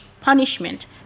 punishment